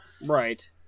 Right